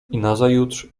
nazajutrz